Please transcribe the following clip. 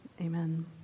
amen